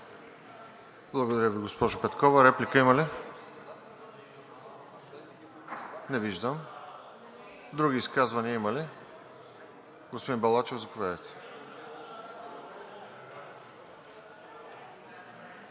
Благодаря Ви, госпожо Петкова. Реплика има ли? Не виждам. Други изказвания има ли? Господин Балачев, заповядайте.